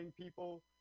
people